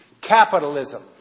capitalism